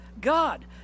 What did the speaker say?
God